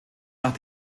nach